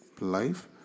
life